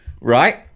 right